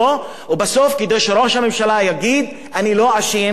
כדי שראש הממשלה יגיד: אני לא אשם אלא אתם אשמים.